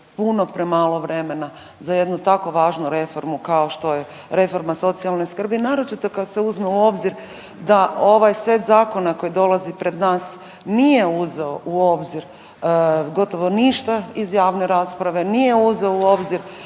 puno premalo vremena za jednu tako važnu reformu kao što je reforma socijalne skrbi naročito kad se uzme u obzir da ovaj set zakona koji dolazi pred nas nije uzeo u obzir gotovo ništa iz javne rasprave, nije uzeo u obzir